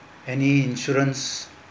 any insurance